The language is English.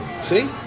See